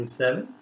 seven